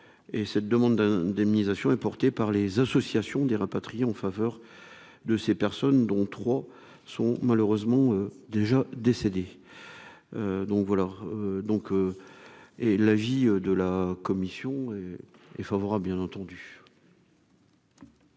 et cette demande d'indemnisation est porté par les associations des rapatriés en faveur de ces personnes, dont 3 sont malheureusement déjà décédé, donc voilà, donc, et l'avis de la commission est favorable bien entendu.